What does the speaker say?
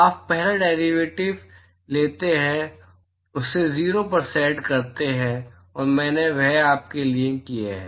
आप पहला डेरिवेटिव लेते हैं और उसे 0 पर सेट करते हैं और मैंने वह आपके लिए किया है